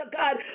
God